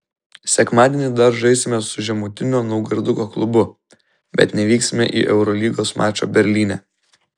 sekmadienį dar žaisime su žemutinio naugardo klubu bet nevyksime į eurolygos mačą berlyne